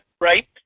right